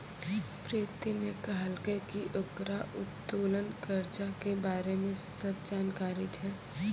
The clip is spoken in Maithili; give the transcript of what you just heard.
प्रीति ने कहलकै की ओकरा उत्तोलन कर्जा के बारे मे सब जानकारी छै